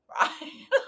right